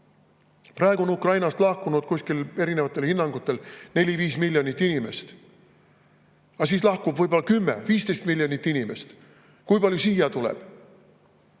Praegu on Ukrainast lahkunud erinevate hinnangute järgi 4–5 miljonit inimest, aga siis lahkub võib-olla 10–15 miljonit inimest. Kui palju siia tuleb?